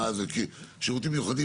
שירותים מיוחדים,